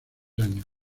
años